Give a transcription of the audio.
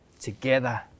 together